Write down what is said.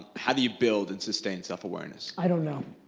how do you build and sustain self-awareness? i don't know.